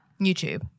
youtube